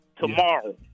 tomorrow